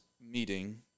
meeting